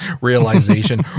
realization